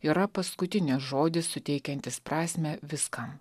yra paskutinis žodis suteikiantis prasmę viską